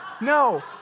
no